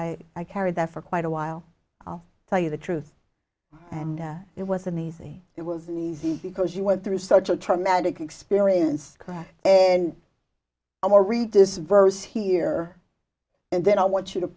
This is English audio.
i i carried that for quite a while i'll tell you the truth and it was an easy it was an easy because you went through such a traumatic experience and i will read this verse here and then i want you to